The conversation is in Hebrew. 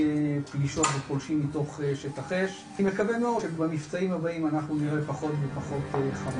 המכשול, כמו שנגעו פה בסרט, חד